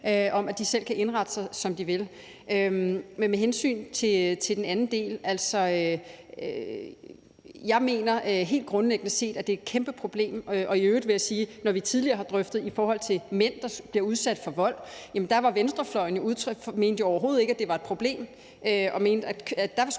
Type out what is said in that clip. om, at de selv kan indrette sig, som de vil. Men med hensyn til den anden del vil jeg sige, at jeg grundlæggende set mener, at det er et kæmpeproblem. I øvrigt vil jeg sige, at når vi tidligere har haft drøftelser i forhold til mænd, der bliver udsat for vold, har venstrefløjen ment, at det jo overhovedet ikke var et problem, og at man